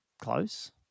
Close